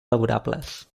laborables